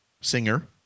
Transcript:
singer